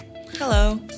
Hello